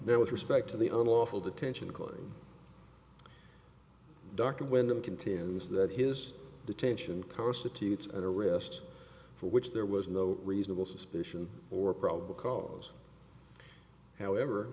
there with respect to the old lawful detention calling dr wyndham continues that his detention constitutes an arrest for which there was no reasonable suspicion or probable cause however